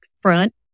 front